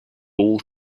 all